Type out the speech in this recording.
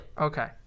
Okay